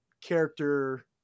character